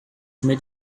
made